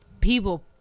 people